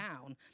down